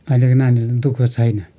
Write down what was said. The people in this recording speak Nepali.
अहिलेको नानीहरूलाई दु ख छैन